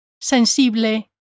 Sensible